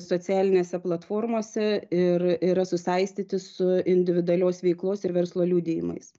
socialinėse platformose ir yra susaistyti su individualios veiklos ir verslo liudijimais